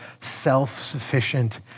self-sufficient